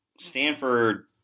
Stanford